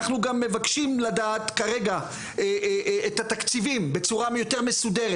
אנחנו גם מבקשים לדעת כרגע את התקציבים בצורה יותר מסודרת,